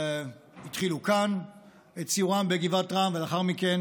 התחילו כאן את סיורם בגבעת רם, ולאחר מכן